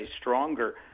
stronger